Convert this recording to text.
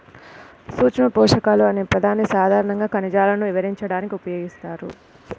సూక్ష్మపోషకాలు అనే పదాన్ని సాధారణంగా ఖనిజాలను వివరించడానికి ఉపయోగిస్తారు